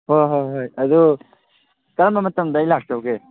ꯍꯣꯏ ꯍꯣꯏ ꯍꯣꯏ ꯑꯗꯨ ꯀꯔꯝꯕ ꯃꯇꯝꯗ ꯑꯩ ꯂꯥꯛꯆꯧꯒꯦ